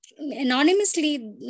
Anonymously